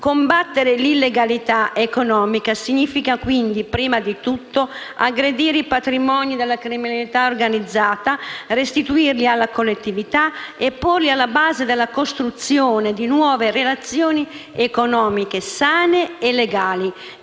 Combattere l'illegalità economica significa, quindi, prima di tutto aggredire i patrimoni della criminalità organizzata, restituirli alla collettività e porli alla base della costruzione di nuove relazioni economiche sane e legali,